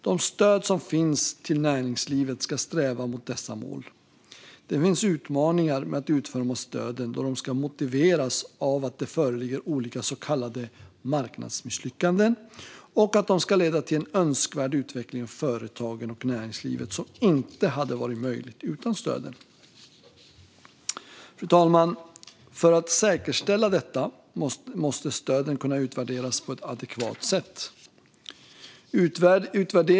De stöd som finns till näringslivet ska sträva mot dessa mål. Det finns utmaningar med att utforma stöden då de ska motiveras av att det föreligger olika så kallade marknadsmisslyckanden och att de ska leda till en önskvärd utveckling av företagen och näringslivet som inte hade varit möjlig utan stöden. Herr talman! För att säkerställa detta måste stöden kunna utvärderas på ett adekvat sätt.